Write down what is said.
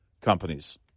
companies